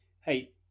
Hey